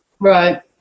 Right